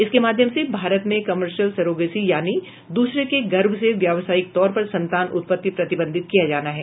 इसके माध्यम से भारत में कमर्शियल सरोगेसी यानी द्रसरे के गर्भ से व्यवसायिक तौर पर संतान उत्पति प्रतिबंधित किया जाना है